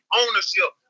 ownership